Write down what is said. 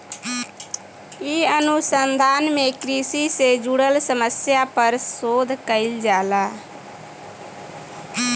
ए अनुसंधान में कृषि से जुड़ल समस्या पर शोध कईल जाला